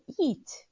eat